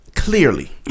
clearly